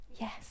Yes